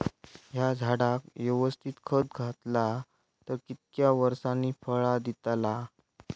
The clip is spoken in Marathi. हया झाडाक यवस्तित खत घातला तर कितक्या वरसांनी फळा दीताला?